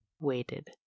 waited